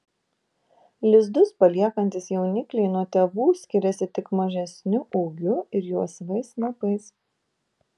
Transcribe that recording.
lizdus paliekantys jaunikliai nuo tėvų skiriasi tik mažesniu ūgiu ir juosvais snapais